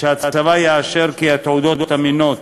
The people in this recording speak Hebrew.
שהצבא יאשר כי התעודות אמינות